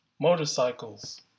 motorcycles